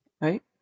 Right